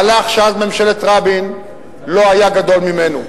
מהלך שמאז ממשלת רבין לא היה גדול ממנו.